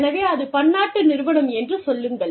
எனவே அது பன்னாட்டு நிறுவனம் என்று செல்லுங்கள்